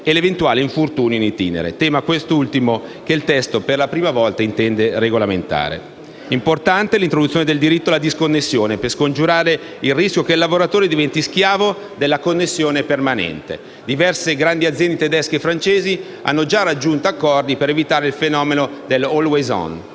e l’eventuale infortunio in itinere; tema, quest’ultimo, che il testo per la prima volta intende regolare. Importante è l’introduzione del diritto alla disconnessione, per scongiurare il rischio che il lavoratore diventi schiavo della connessione permanente. Diverse grandi aziende tedesche e francesi hanno già raggiunto accordi per evitare il fenomeno del cosiddetto